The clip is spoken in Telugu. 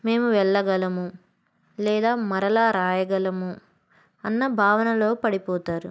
మేము వెళ్ళగలము లేదా మరలా రాయగలము అన్న భావనలో పడిపోతారు